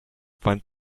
find